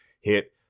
hit –